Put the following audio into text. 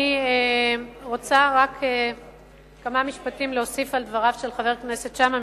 אני רוצה להוסיף רק כמה משפטים על דבריו של חבר הכנסת שאמה,